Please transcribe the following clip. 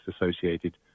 associated